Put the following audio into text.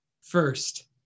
First